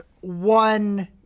one